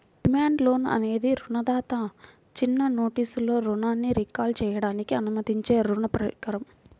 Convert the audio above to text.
demand loan అనేది రుణదాత చిన్న నోటీసులో రుణాన్ని రీకాల్ చేయడానికి అనుమతించే రుణ పరికరం